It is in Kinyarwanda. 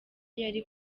yari